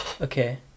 okay